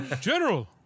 General